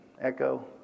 echo